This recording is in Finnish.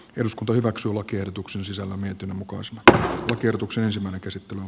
nyt päätetään lakiehdotuksen sisällä mietinnön mukaan se että toteutukseen saman käsittelyn